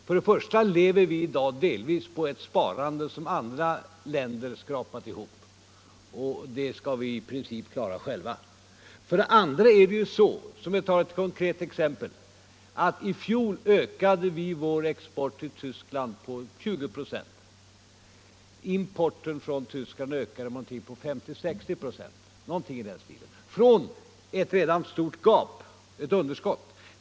För det första lever vi i dag delvis på ett sparande som andra länder har skrapat ihop, och det sparandet skall vi i princip göra själva. För det andra är det så, för att ta ett konkret exempel, att vi i fjol ökade vår export till Tyskland med 20 96, men samtidigt ökade importen från Tyskland med någonting på 50 å 60 96 — från ett redan stort underskott!